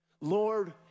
Lord